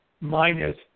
minus